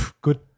good